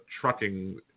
trucking